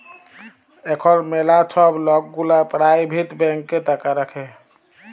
এখল ম্যালা ছব লক গুলা পারাইভেট ব্যাংকে টাকা রাখে